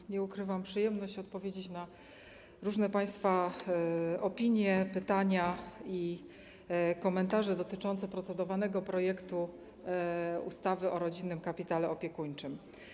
Mam, nie ukrywam, przyjemność odpowiedzieć na różne państwa opinie, pytania i komentarze dotyczące procedowanego projektu ustawy o rodzinnym kapitale opiekuńczym.